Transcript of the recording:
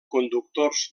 conductors